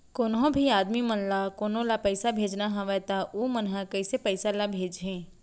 कोन्हों भी आदमी मन ला कोनो ला पइसा भेजना हवय त उ मन ह कइसे पइसा ला भेजही?